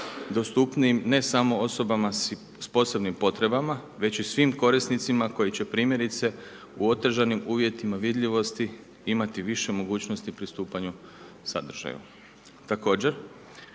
dostupnijim, ne samo osoba s posebnim potrebama, već i svim korisnicima, koji će primjerice u otežanim uvjetima vidljivosti imati više mogućnosti pristupanju sadržaju. Također,